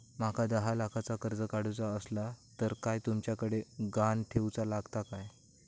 माका दहा लाखाचा कर्ज काढूचा असला तर काय तुमच्याकडे ग्हाण ठेवूचा लागात काय?